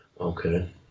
Okay